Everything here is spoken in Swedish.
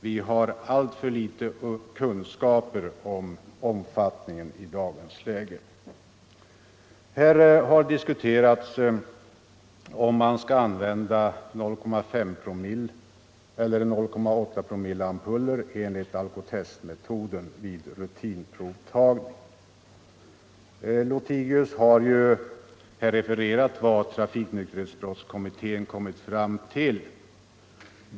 Vi har alltför litet kunskaper om denna omfattning i dagens läge. Här har diskuterats om man skall använda 0,5-eller 0,8-promilleampuller enligt Alcotestmetoden vid rutinprovtagning. Här Lothigius har refererat vad trafiknykterhetskommittén kommit fram till.